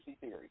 theory